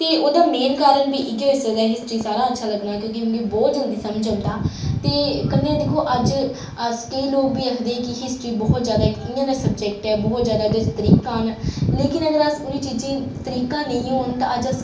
ओह्दा मेन कारण बी इ'यै होई सकदा हिस्ट्री सारें शा अच्छा लग्गना क्योंकि मिगी बहुत जल्दी समझ औंदा ते कन्नै दिक्खो अज्ज अस केईं लोक बी आखदे कि हिस्ट्री बहुत जैदा इक इ'यां नै सब्जैक्ट ऐ बहुत जैदा एह्दे च तरीकां न लेकिन अगर अस उ'नें ई चीजें तरीकां नेई होन ते अज्ज अस